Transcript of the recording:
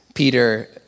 Peter